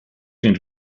going